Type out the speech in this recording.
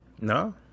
No